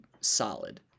solid